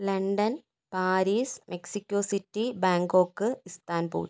London Paris Mexico city Bangkok Istanbul